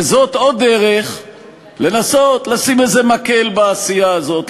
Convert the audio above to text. וזאת עוד דרך לנסות לשים איזה מקל בעשייה הזאת,